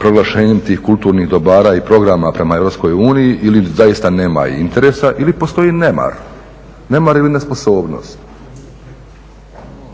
proglašenjem tih kulturnih dobara i programa prema EU ili zaista nema interesa ili postoji nemar i nesposobnost